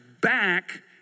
Back